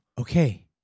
Okay